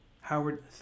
Howard